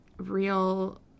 real